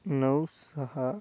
नऊ सहा